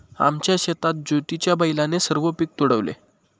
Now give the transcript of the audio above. आमच्या शेतात ज्योतीच्या बैलाने सर्व पीक तुडवले